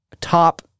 top